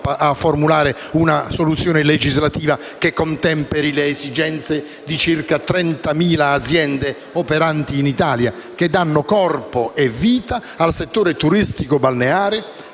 a formulare una soluzione legislativa che contemperi le esigenze di circa 30.000 aziende operanti in Italia, che danno corpo e vita al settore turistico balneare